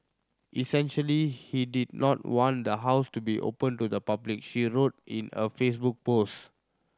essentially he did not want the house to be open to the public she wrote in a Facebook post